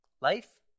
Life